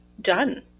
Done